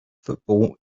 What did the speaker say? football